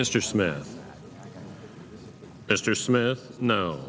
mr smith mr smith no